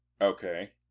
Okay